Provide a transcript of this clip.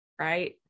Right